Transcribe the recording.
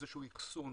איזשהו אחסון